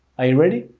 are you ready?